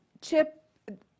chip